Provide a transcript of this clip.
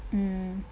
mm